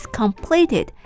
completed